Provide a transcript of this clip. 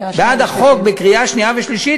בעד החוק בקריאה שנייה ושלישית,